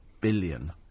billion